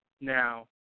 Now